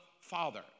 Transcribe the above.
Father